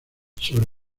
sobre